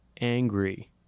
angry